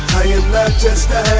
not just a